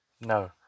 No